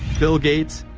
bill gates,